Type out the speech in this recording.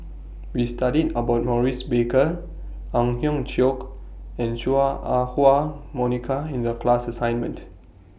We studied about Maurice Baker Ang Hiong Chiok and Chua Ah Huwa Monica in The class assignment